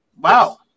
Wow